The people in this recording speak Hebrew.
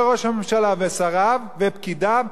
ראש הממשלה ושריו ופקידיו,